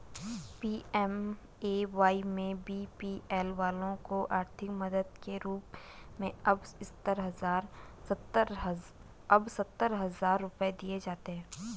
PMAY में BPL वालों को आर्थिक मदद के रूप में अब सत्तर हजार रुपये दिए जाते हैं